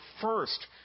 first